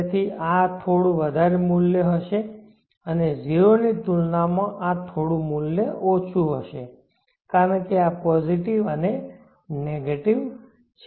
તેથી આ થોડું વધારે મૂલ્ય હશે અને 0 ની તુલનામાં આ થોડું ઓછું મૂલ્ય હશે કારણ કે આ પોઝિટિવ અને નેગેટિવ છે